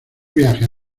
viajes